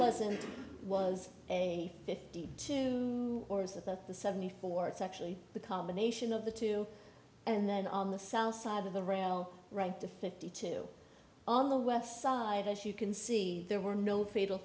it was a fifty two or so that the seventy four it's actually the combination of the two and then on the south side of the rail right the fifty two on the west side as you can see there were no fatal